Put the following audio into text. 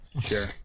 Sure